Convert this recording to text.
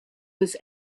was